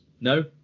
no